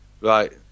Right